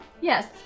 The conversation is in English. Yes